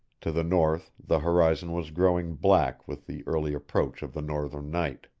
to the north the horizon was growing black with the early approach of the northern night.